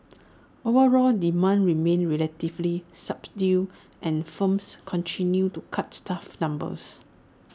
overall demand remained relatively subdued and firms continued to cut staff numbers